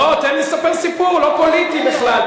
לא, תן לי לספר סיפור, לא פוליטי בכלל.